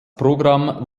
programm